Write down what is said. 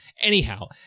Anyhow